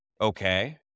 Okay